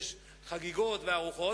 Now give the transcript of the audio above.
אז יש חגיגות וארוחות.